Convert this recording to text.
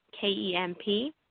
K-E-M-P